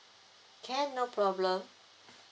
can no problem